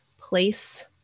place